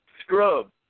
scrub